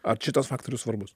ar šitas faktorius svarbus